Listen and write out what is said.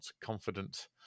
confident